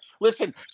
Listen